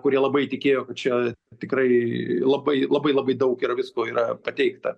kurie labai tikėjo kad čia tikrai labai labai labai daug yra visko yra pateikta